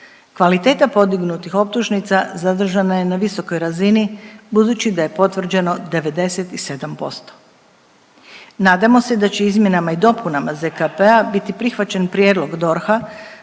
Kvaliteta podignutih optužnica zadržana je na visokoj razini budući da je potvrđeno 97%. Nadamo se da će izmjenama i dopunama ZKP-a biti prihvaćen prijedlog DORH-a